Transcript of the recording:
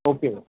okay